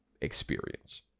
experience